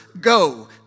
go